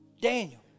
Daniel